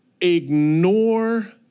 ignore